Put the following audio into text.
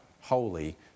holy